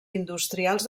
industrials